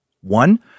One